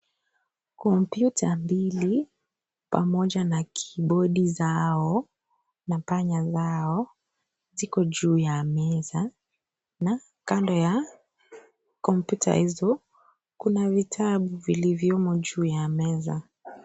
Kompyuta mbili, pamoja na kibodi zao na panya zao ziko juu ya meza na kando ya kompyuta hizo kuna vitabu vilivyomo juu ya meza.